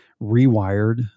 rewired